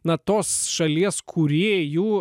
na tos šalies kūrėjų